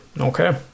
okay